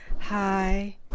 hi